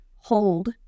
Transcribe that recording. hold